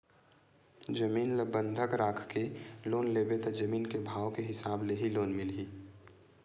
जमीन ल बंधक राखके लोन लेबे त जमीन के भाव के हिसाब ले ही लोन मिलही